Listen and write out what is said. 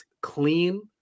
clean